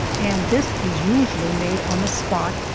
and this is usually made on the spot,